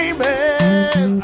Amen